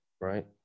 Right